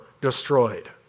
destroyed